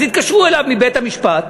אז התקשרו אליו מבית-המשפט,